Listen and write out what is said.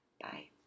bye